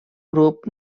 grup